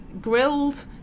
grilled